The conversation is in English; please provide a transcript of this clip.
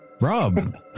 Rob